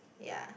yea